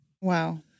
Wow